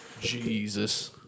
Jesus